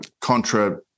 contra